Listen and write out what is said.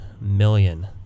million